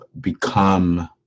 become